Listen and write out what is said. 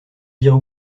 dire